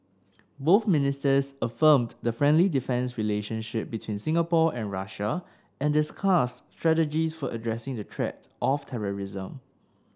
both ministers affirmed the friendly defence relationship between Singapore and Russia and discussed strategies for addressing the threat of terrorism